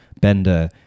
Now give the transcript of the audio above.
bender